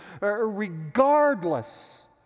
regardless